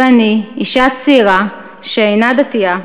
ואני, אישה צעירה שאינה דתייה,